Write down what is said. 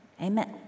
amen